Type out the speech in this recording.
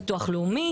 שיהיה לה ביטוח לאומי,